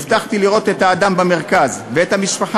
הבטחתי לראות את האדם במרכז ואת המשפחה